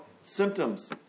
symptoms